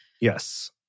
Yes